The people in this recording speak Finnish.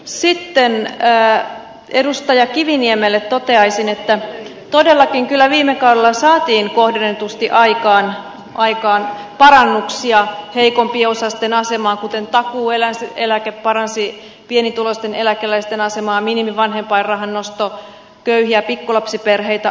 sitten edustaja kiviniemelle toteaisin että todellakin kyllä viime kaudella saatiin kohdennetusti aikaan parannuksia heikompiosaisten asemaan kuten takuueläke paransi pienituloisten eläkeläisten asemaa minimivanhempainrahan nosto auttoi köyhiä pikkulapsiperheitä